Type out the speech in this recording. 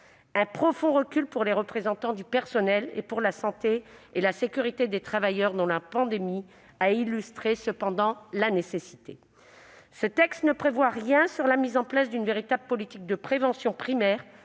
profond recul pour les représentants du personnel et pour la santé et la sécurité des travailleurs- la pandémie a pourtant montré combien ils étaient essentiels. Ce texte ne prévoit rien sur la mise en place d'une véritable politique de prévention primaire